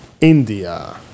India